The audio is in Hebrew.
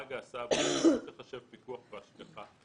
נהג ההסעה ברכב לא תחשב פיקוח והשגחה,